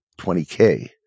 20K